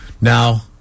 Now